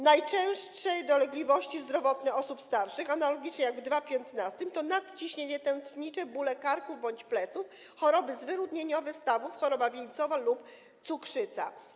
Najczęstsze dolegliwości zdrowotne osób starszych, analogicznie jak w 2015 r., to nadciśnienie tętnicze, bóle karku bądź pleców, choroby zwyrodnieniowe stawów, choroba wieńcowa lub cukrzyca.